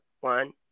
one